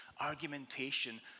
argumentation